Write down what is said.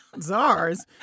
czars